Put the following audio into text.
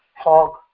hog